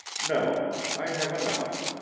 no i have enough.